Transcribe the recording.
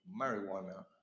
marijuana